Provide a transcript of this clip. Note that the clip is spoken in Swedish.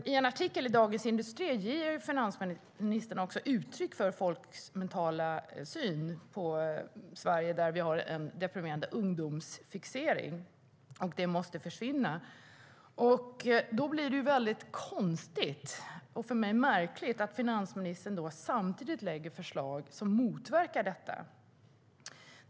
I en artikel i Dagens Industri ger finansministern utryck för folks syn på Sverige. I Sverige finns det en deprimerande ungdomsfixering som måste försvinna. Då blir det väldigt konstigt, och för mig märkligt, att finansministern samtidigt lägger fram förslag som motverkar detta.